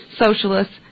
socialists